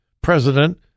president